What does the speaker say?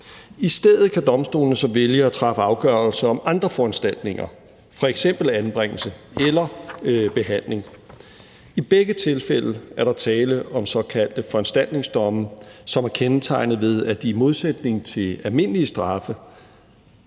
I stedet kan domstolene så vælge at træffe afgørelser om andre foranstaltninger, f.eks. anbringelse eller behandling. I begge tilfælde er der tale om såkaldte foranstaltningsdomme, som er kendetegnet ved, at de i modsætning til almindelige straffe